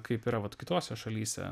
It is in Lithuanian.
kaip yra vat kitose šalyse